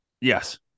Yes